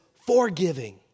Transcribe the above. forgiving